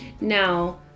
Now